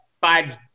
five